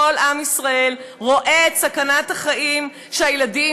כל עם ישראל רואה את סכנת החיים שהילדים